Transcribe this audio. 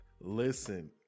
listen